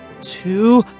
two